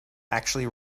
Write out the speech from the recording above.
actually